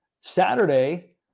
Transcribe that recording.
Saturday